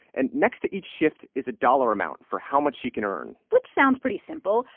and next to each shift is a dollar amount for how much she can earn which sounds pretty simple,